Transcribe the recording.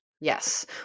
Yes